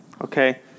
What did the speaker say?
Okay